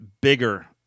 bigger